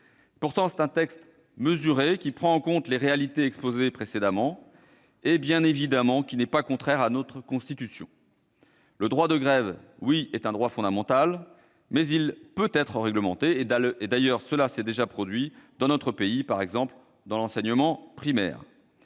absolu. C'est un texte mesuré, qui prend en compte les réalités exposées précédemment et qui, bien évidemment, n'est pas contraire à notre Constitution. Oui, le droit de grève est un droit fondamental, mais il peut être réglementé. D'ailleurs, cela s'est déjà fait dans notre pays, par exemple dans l'enseignement primaire.